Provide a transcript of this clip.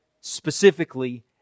specifically